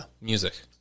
Music